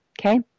okay